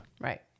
Right